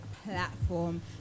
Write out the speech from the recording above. platform